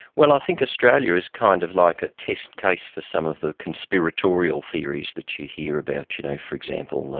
well i think australia is kind of like a test case for some of the conspiratorial theories that you hear about, you know for example,